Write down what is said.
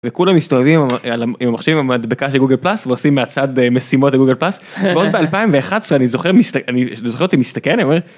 וכולם מסתובבים עם המחשבים עם המדבקה של גוגל פלאס, ועושים מהצד משימות גוגל פלאס, ועוד ב-2011 אני זוכר אותי מסתכל.